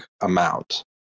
amount